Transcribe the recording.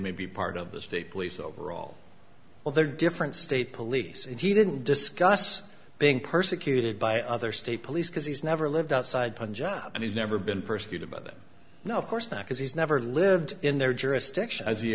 may be part of the state police overall well they're different state police if he didn't discuss being persecuted by other state police because he's never lived outside punjab he's never been persecuted by them no of course not because he's never lived in their jurisdiction has he